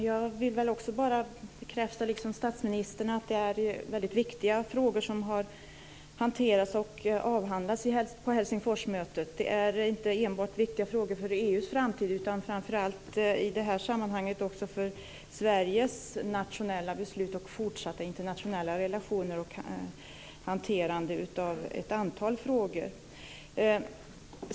Fru talman! Jag vill liksom statsministern bekräfta att det är väldigt viktiga frågor som hanterats och avhandlats på Helsingforsmötet - frågor som är viktiga inte bara för EU:s framtid utan också i det här sammanhanget och framför allt för Sveriges nationella beslut och fortsatta internationella relationer och hanterande av ett antal frågor.